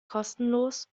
kostenlos